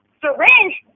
syringe